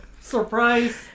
surprise